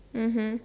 mmhmm